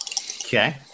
Okay